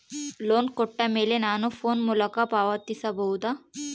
Loan ಕೊಟ್ಟ ಮೇಲೆ ನಾನು ಫೋನ್ ಮೂಲಕ ಪಾವತಿಸಬಹುದಾ?